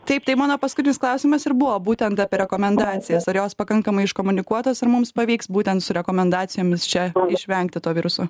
taip tai mano paskutinis klausimas ir buvo būtent apie rekomendacijas ar jos pakankamai iškomunikuotos ar mums pavyks būtent su rekomendacijomis čia išvengti to viruso